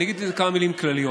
אני אגיד כמה מילים כלליות.